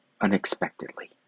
unexpectedly